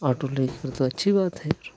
auto लेकर तो अच्छी बात है फिर